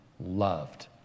loved